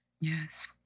Yes